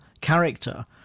character